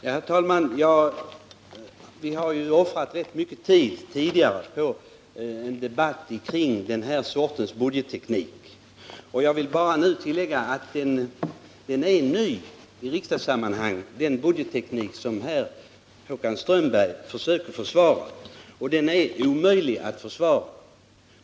Herr talman! Vi har ju offrat rätt mycket tid förut på en debatt kring den här sortens budgetteknik, och jag vill bara tillägga att den budgetteknik som Håkan Strömberg här försöker försvara är ny i riksdagssammanhang. Den är helt enkelt omöjlig att försvara.